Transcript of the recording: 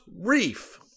Reef